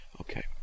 Okay